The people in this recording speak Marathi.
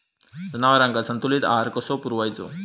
जनावरांका संतुलित आहार कसो पुरवायचो?